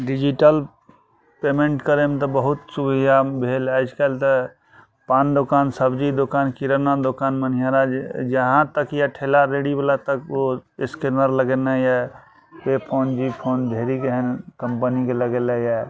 digital payment करैमे तऽ बहुत सुविधा भेल आइ काल्हि तऽ पान दोकान सबजी दोकान किराना दोकान मनिहारा जे जहाँ तक यऽ ठेला रेहड़ीवला तक ओ स्कैनर लगैने यऽ पे फोन जी फोन ढेरिक एहन कम्पनीके लगेले यऽ